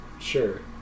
sure